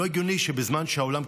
לא הגיוני שבזמן שהעולם,